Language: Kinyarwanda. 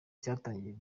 cyatangiye